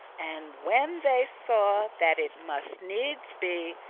and when they saw that it must needes be,